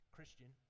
Christian